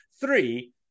Three